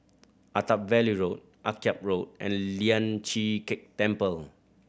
Attap Valley Road Akyab Road and Lian Chee Kek Temple